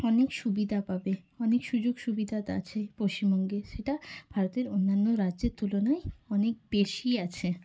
অনেক সুবিধা পাবে অনেক সুযোগ সুবিধা আছে পশ্চিমবঙ্গে সেটা ভারতের অন্যান্য রাজ্যের তুলনায় অনেক বেশিই আছে